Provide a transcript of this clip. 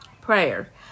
Prayer